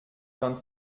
vingt